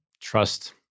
trust